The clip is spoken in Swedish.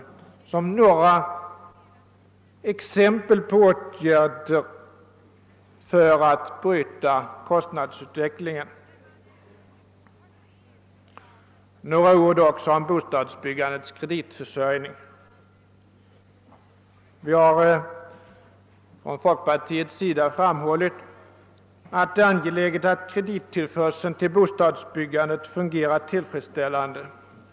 Detta är några exempel på åtgärder för att bryta kostnadsutvecklingen. Några ord också om bostadsbyggan dets kreditförsörjning. Vi har från folkpartiets sida framhållit att det är angeläget att kredittillförseln till bostadsbyggandet fungerar tillfredsställande.